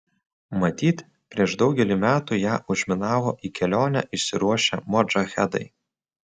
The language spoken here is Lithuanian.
matyt prieš daugelį metų ją užminavo į kelionę išsiruošę modžahedai